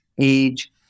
age